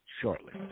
shortly